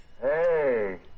Hey